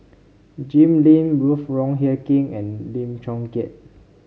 Jim Lim Ruth Wong Hie King and Lim Chong Keat